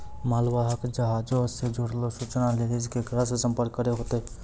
मालवाहक जहाजो से जुड़लो सूचना लेली केकरा से संपर्क करै होतै?